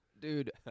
Dude